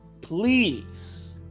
Please